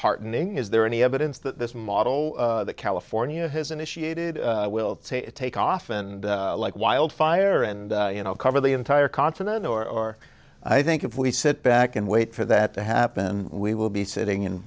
heartening is there any evidence that this model that california has initiated will take off and like wildfire and you know cover the entire continent or i think if we sit back and wait for that to happen we will be sitting and